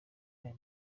aya